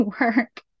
work